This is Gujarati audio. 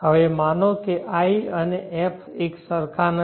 હવે માનો કે i અને f એક સરખા નથી